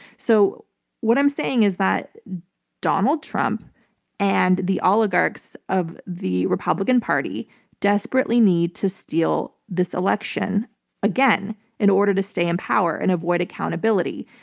so what i'm saying is that donald trump and the oligarchs of the republican party desperately need to steal this election again in order to stay in power and avoid accountability.